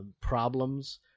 problems